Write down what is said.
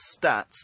stats